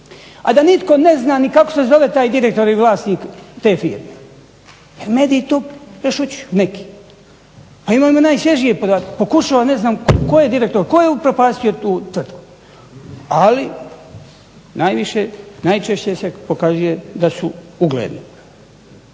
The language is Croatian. a da nitko ne zna ni kako se zove direktor i vlasnik te firme, jer to mediji to prešućuju neki. Pa imamo najsvježije podatke, pokušavam ne znam tko je direktor, tko je upropastio tu tvrtku. Ali najčešće se pokazuje da su ugledni.